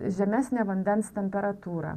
žemesnė vandens temperatūra